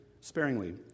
sparingly